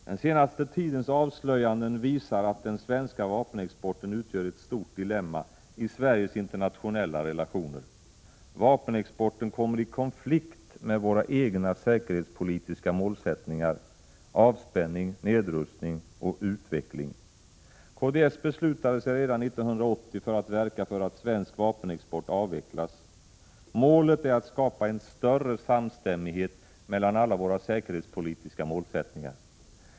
Den senaste tidens avslöjanden visar att den svenska vapenexporten utgör ett stort dilemma i Sveriges internationella relationer. Vapenexporten kommer i konflikt med våra egna säkerhetspolitiska målsättningar, avspänning, nedrustning och utveckling. Kds beslutade sig redan 1980 för att verka för att svensk vapenexport avvecklas. Målet är att skapa en större samstämmighet mellan alla våra säkerhetspolitiska målsättningar.